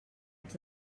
haig